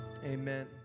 Amen